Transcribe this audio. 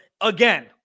again